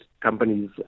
companies